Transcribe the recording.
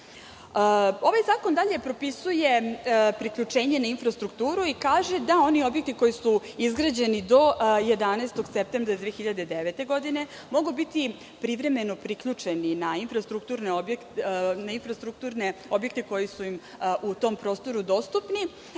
zakon dalje propisuje priključenje na infrastrukturu i kaže da oni objekti koji su izgrađeni do 11. septembra 2009. godine mogu biti privremeno priključeni na infrastrukturne objekte koji su im u tom prostoru dostupni